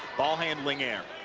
ball handling error.